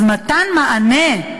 אז מתן מענה,